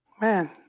Man